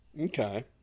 Okay